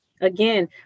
Again